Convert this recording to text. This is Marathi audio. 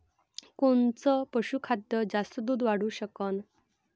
कोनचं पशुखाद्य जास्त दुध वाढवू शकन?